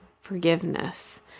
forgiveness